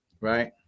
right